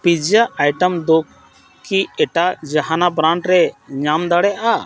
pizza item ᱫᱚ ᱠᱤ ᱮᱴᱟᱜ ᱡᱟᱦᱟᱱᱟᱜ ᱵᱨᱟᱱᱰ ᱨᱮ ᱧᱟᱢ ᱫᱟᱲᱮᱭᱟᱜᱼᱟ